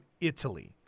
Italy